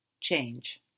Change